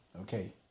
Okay